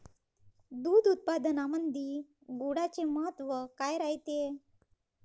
दूध उत्पादनामंदी गुळाचे महत्व काय रायते?